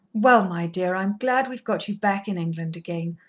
well, my dear i'm glad we've got you back in england again.